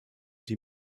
die